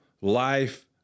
life